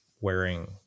wearing